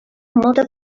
molta